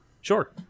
Sure